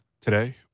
today